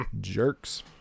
Jerks